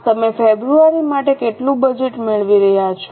તમે ફેબ્રુઆરી માટે કેટલું બજેટ મેળવી રહ્યા છો